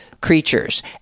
creatures